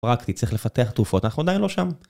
רק תצטרך לפתח תרופות, אנחנו עדיין לא שם.